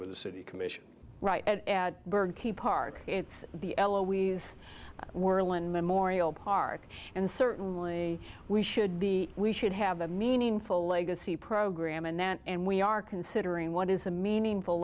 with the city commission right at byrd key park it's the elouise whirlin memorial park and certainly we should be we should have a meaningful legacy program and that and we are considering what is a meaningful